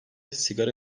sigara